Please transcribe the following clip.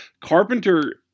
Carpenter